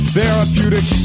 therapeutic